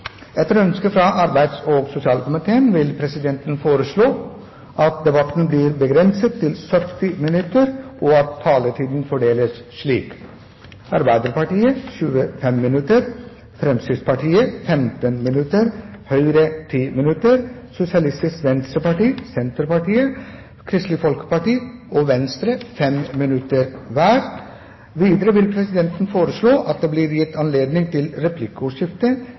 Etter ønske fra arbeids- og sosialkomiteen vil presidenten foreslå at debatten blir begrenset til 70 minutter, og at taletiden fordeles slik: Arbeiderpartiet 25 minutter, Fremskrittspartiet 15 minutter, Høyre 10 minutter, Sosialistisk Venstreparti 5 minutter, Senterpartiet 5 minutter, Kristelig Folkeparti 5 minutter og Venstre 5 minutter. Videre vil presidenten foreslå at det blir gitt anledning til replikkordskifte